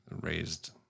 raised